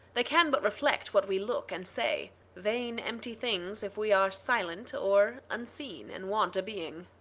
they can but reflect what we look and say vain empty things if we are silent or unseen, and want a being.